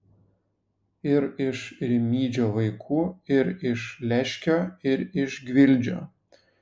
ir iš rimydžio vaikų ir iš leškio ir iš gvildžio